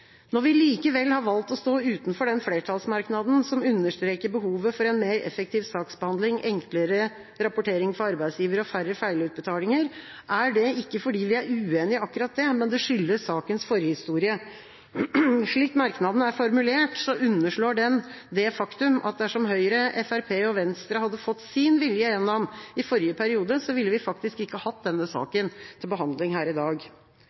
Når vi likevel har valgt å stå utenfor den flertallsmerknaden som understreker behovet for en mer effektiv saksbehandling, enklere rapportering for arbeidsgivere og færre feilutbetalinger, er det ikke fordi vi er uenige i akkurat det, men det skyldes sakens forhistorie. Slik merknaden er formulert, underslår den det faktum at dersom Høyre, Fremskrittspartiet og Venstre hadde fått sin vilje gjennom i forrige periode, ville vi faktisk ikke hatt denne saken til behandling her i dag.